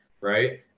right